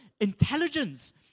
intelligence